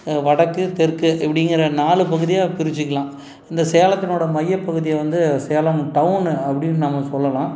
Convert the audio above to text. வடக்கு தெற்கு இப்படிங்கிற நாலு பகுதியாக பிரிச்சிக்கலாம் இந்த சேலத்தினோடய மையப்பகுதியை வந்து சேலம் டவுன் அப்படின்னு நம்ம சொல்லலாம்